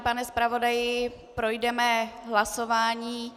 Pane zpravodaji, projdeme hlasování.